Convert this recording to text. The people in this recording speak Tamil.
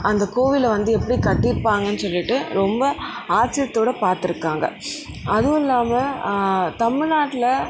அந்த கோவிலை வந்து எப்படி கட்டிருப்பாங்கன்னு சொல்லிவிட்டு ரொம்ப ஆச்சரியத்தோட பார்த்துருக்காங்க அதுவும் இல்லாமல் தமில்நாட்டில்